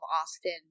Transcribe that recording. Austin